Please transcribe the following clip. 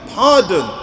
pardon